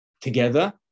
together